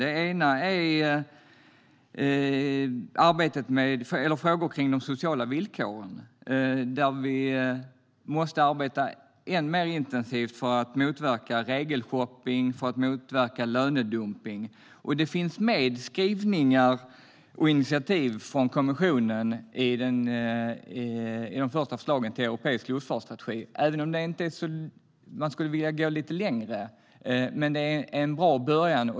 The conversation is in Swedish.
Den ena frågan är om de sociala villkoren, där vi måste arbeta än mer intensivt för att motverka regelshopping och lönedumpning. Detta finns med i skrivningar och initiativ från kommissionen i de första förslagen till en europeisk luftfartsstrategi. Vi skulle vilja gå lite längre, men det är en bra början.